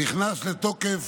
נכנס לתוקף